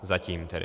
Zatím tedy.